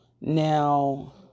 Now